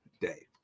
day